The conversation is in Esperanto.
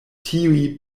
tiuj